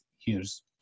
years